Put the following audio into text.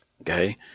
okay